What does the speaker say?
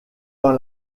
dans